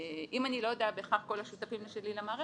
אם אני לא יודע בהכרח כל השותפים שלי למערכת,